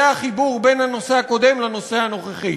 זה החיבור בין הנושא הקודם לנושא הנוכחי.